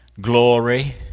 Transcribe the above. glory